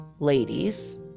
Ladies